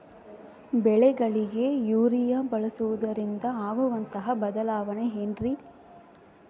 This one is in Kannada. ಬೆಳೆಗಳಿಗೆ ಯೂರಿಯಾ ಬಳಸುವುದರಿಂದ ಆಗುವಂತಹ ಬದಲಾವಣೆ ಏನ್ರಿ?